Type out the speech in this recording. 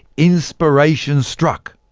inspiration struck.